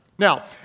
Now